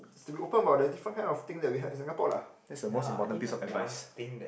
is to be open about the different kind of thing that we have in Singapore lah that's the most important piece of advice